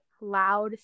loud